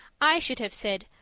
i should have said,